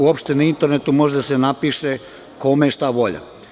Uopšte na internetu može da se napiše kome je šta volja.